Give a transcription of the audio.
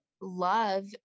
love